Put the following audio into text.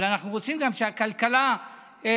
אבל אנחנו רוצים גם שהכלכלה תתקדם,